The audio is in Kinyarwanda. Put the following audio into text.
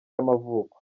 y’amavuko